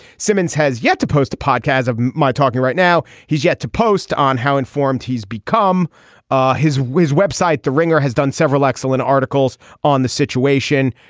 simmons has yet to post a podcast of my talking right now. he's yet to post on how informed he's become ah his whiz website the ringer has done several excellent articles on the situation.